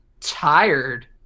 tired